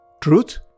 Truth